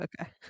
okay